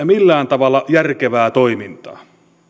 millään tavalla järkevää toimintaa